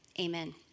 Amen